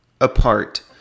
apart